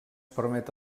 permet